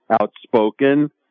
outspoken